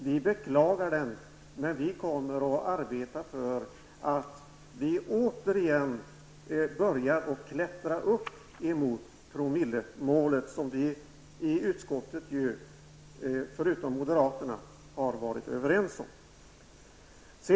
Vi beklagar den, men vi kommer att arbeta för att vi återigen skall börja klättra upp mot promillemålet, som vi i utskottet -- förutom moderaterna -- ju alla har varit överens om.